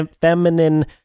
feminine